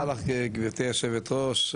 תודה רבה לך גברתי היושבת ראש,